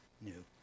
new